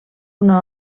una